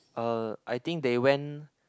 uh I think they went